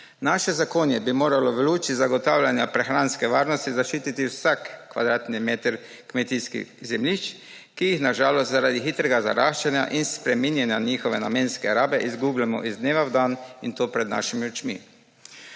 Naši zakoni bi morali v luči zagotavljanja prehranske varnosti zaščiti vsak kvadranti meter kmetijskih zemljišč, ki jih na žalost zaradi hitrega zaraščanja in spreminjanja njihove namenske rabe izgubljamo iz dneva v dan, in to pred svojimi očmi.